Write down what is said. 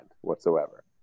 whatsoever